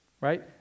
right